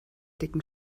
dicken